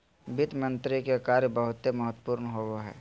वित्त मंत्री के कार्य बहुते महत्वपूर्ण होवो हय